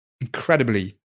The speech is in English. incredibly